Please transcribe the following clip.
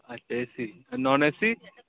আচ্ছা এসি আর non AC